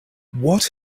what